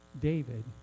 David